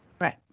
Right